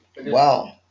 Wow